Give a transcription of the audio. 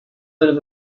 del